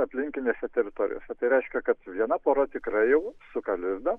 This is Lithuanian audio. aplinkinėse teritorijose tai reiškia kad viena pora tikrai jau suka lizdą